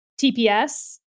TPS